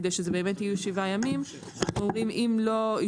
וכדי שאלו באמת יהיו שבעה ימים,